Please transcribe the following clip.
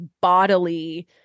bodily